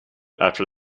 after